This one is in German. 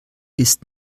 ist